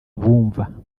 abumva